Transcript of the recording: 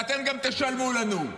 ואתם גם תשלמו לנו.